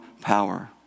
power